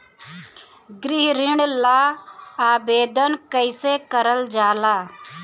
गृह ऋण ला आवेदन कईसे करल जाला?